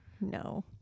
no